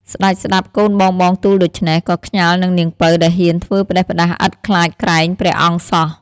ស្ដេចស្ដាប់កូនបងៗទូលដូច្នេះ ក៏ខ្ញាល់នឹងនាងពៅដែលហ៊ានធ្វើផ្ដេសផ្ដាសឥតខ្លាចក្រែងព្រះអង្គសោះ។